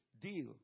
deal